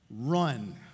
run